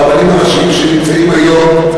הרבנים הראשיים שנמצאים היום,